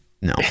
no